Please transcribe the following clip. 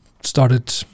started